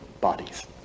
bodies